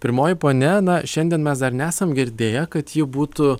pirmoji ponia na šiandien mes dar nesam girdėję kad ji būtų